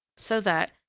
so that,